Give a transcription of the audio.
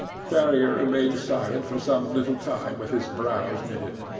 ferrier remained silent for some little time with his brows knitted.